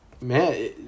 man